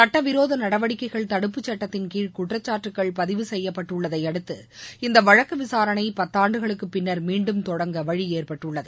சட்டவிரோத நடவடிக்கைகள் தடுப்பு குற்றச்சாட்டுக்கள் பதிவு செய்யப்பட்டுள்ளதையடுத்து இந்த வழக்கு விசாரணை பத்தாண்டுகளுக்குப் பின்னர் மீண்டும் தொடங்க வழி ஏற்பட்டுள்ளது